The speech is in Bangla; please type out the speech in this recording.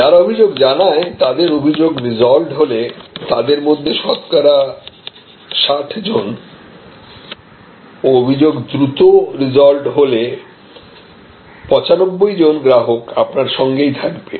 যারা অভিযোগ জানায় তাদের অভিযোগ রিসলভড হলে তাদের মধ্যে শতকরা 60 জন ও অভিযোগ দ্রুত রিসলভড হলে 95 জন গ্রাহক আপনার সঙ্গেই থাকবে